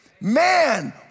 Man